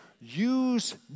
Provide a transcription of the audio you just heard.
Use